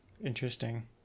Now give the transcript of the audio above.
interesting